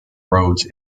roads